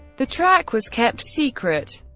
the track was kept secret,